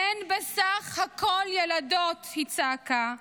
הן בסך הכול ילדות, היא צעקה.